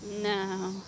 No